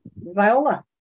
Viola